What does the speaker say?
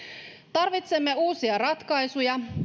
tarvitsemme uusia ratkaisuja